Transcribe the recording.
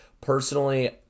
Personally